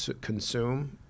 consume